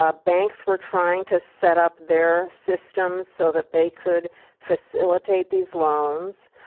ah banks were trying to set up their systems so that they could facilitate these loans.